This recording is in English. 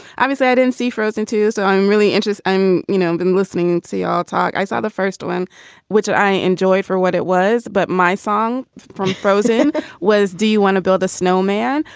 i was at and nc frozen too. so i'm really interested. i'm, you know, and listening to all talk i saw the first one which i enjoyed for what it was. but my song from frozen was, do you want to build a snowman?